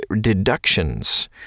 deductions